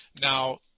Now